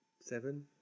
Seven